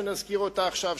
שנזכיר אותה עכשיו,